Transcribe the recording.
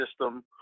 system